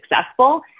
successful